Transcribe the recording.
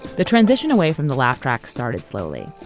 the transition away from the laugh track started slowly.